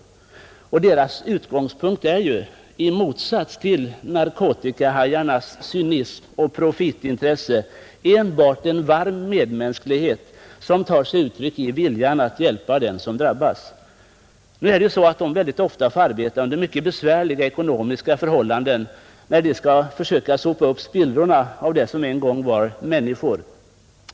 Dessa organisationers utgångspunkter är, i motsats till narkotikahajarnas cynism och profitintresse, enbart en varm medmänsklighet, som tar sig uttryck i en vilja att hjälpa den som drabbats. Men dessa organisationer får mycket ofta arbeta under besvärliga ekonomiska förhållanden, när man skall försöka plocka upp spillrorna av det som en gång var människor.